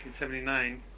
1979